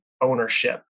ownership